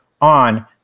on